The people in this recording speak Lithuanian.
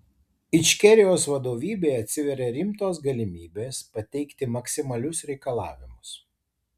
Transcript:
ičkerijos vadovybei atsiveria rimtos galimybės pateikti maksimalius reikalavimus